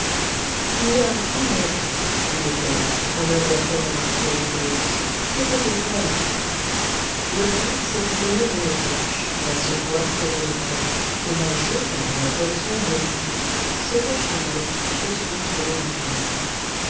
il y a un puits maître dit le fellah en interpellant argyropoulos que faut-il faire le grec se fit donner une torche la secoua pour mieux l'enflammer et la jeta dans la gueule sombre du puits se penchant avec précaution sur l'orifice